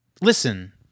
listen